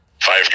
Five